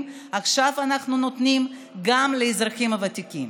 עכשיו אנחנו נותנים גם לאזרחים הוותיקים.